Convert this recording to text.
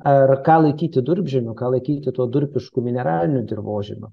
ar ką laikyti durpžemiu ką laikyti tuo durpišku mineraliniu dirvožemiu